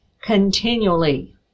continually